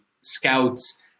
scouts